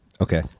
Okay